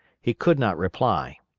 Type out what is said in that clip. he could not reply.